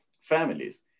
families